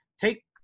take